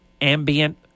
Ambient